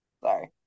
Sorry